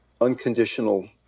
unconditional